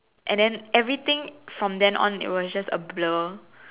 and then everything from then on it was just a blur